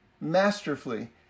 masterfully